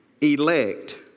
elect